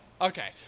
Okay